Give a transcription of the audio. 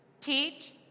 teach